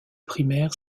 primaire